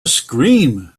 scream